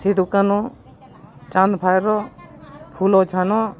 Sidhu Kanhu Chand Bhairo Phulo Jhano